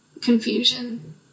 confusion